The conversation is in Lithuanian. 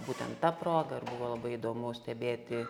būtent ta proga ir buvo labai įdomu stebėti